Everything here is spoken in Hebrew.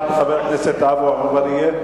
חבר הכנסת עפו אגבאריה?